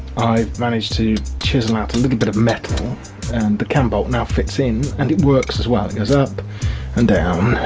i've managed to chisel out a little bit of metal and the cambolt now fits in and it works as well. it goes up and down,